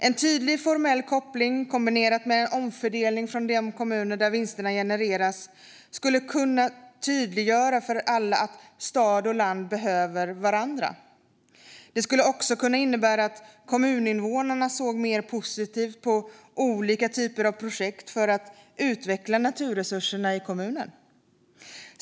En tydlig formell koppling, kombinerat med en omfördelning från de kommuner där vinsterna genereras, skulle kunna tydliggöra för alla att stad och land behöver varandra. Det skulle också kunna innebära att kommuninvånarna såg mer positivt på olika typer av projekt för att utveckla naturresurserna i kommunen.